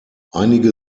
einige